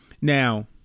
Now